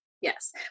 Yes